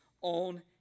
on